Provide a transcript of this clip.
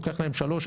לוקח להם שלוש,